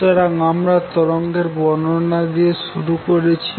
সুতরাং আমরা তরঙ্গের বর্ণনা দিয়ে শুরু করছি